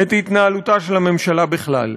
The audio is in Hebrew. את התנהלותה של הממשלה בכלל,